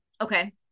Okay